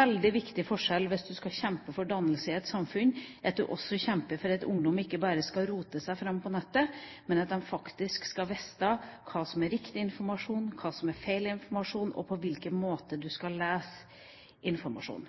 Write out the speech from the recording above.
veldig viktig hvis du skal kjempe for dannelse i et samfunn at du også kjemper for at ungdom ikke bare skal rote seg fram på nettet, men også faktisk vet hva som er riktig informasjon, hva som er feil informasjon, og på hvilken måte du skal lese informasjon.